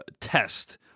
test